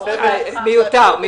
זה מיותר.